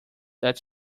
that